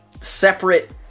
separate